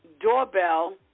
doorbell